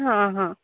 ହଁ ହଁ